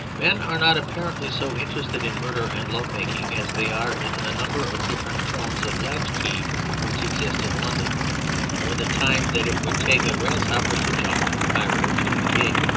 men are not apparently so interested in murder and love-making as they are in the number of different forms of latchkey which exist in london or the time that it would take a grasshopper to jump from cairo to the cape.